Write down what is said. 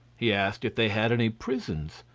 he asked if they had any prisons,